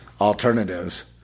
alternatives